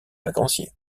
vacanciers